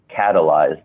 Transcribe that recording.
catalyzed